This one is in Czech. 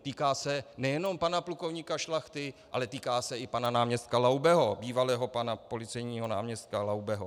Týká se nejenom pana plukovníka Šlachty, ale týká se i pana náměstka Laubeho, bývalého pana policejního náměstka Laubeho.